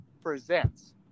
presents